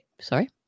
Sorry